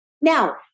Now